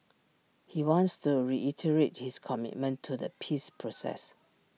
he wants to reiterate his commitment to the peace process